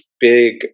big